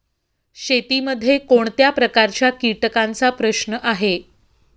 शेतीमध्ये कोणत्या प्रकारच्या कीटकांचा प्रश्न आहे?